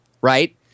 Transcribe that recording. right